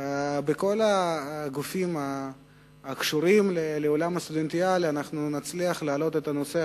לגבי כל הגופים הקשורים לעולם הסטודנטיאלי אנחנו נצליח להעלות את הנושא